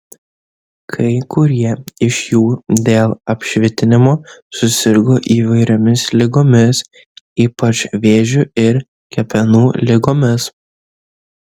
kai kurie iš jų dėl apšvitinimo susirgo įvairiomis ligomis ypač vėžiu ir kepenų ligomis